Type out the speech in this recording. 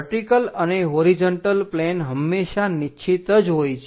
vertical અને horizontal plane હંમેશા નિશ્ચિત જ હોય છે